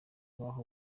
baho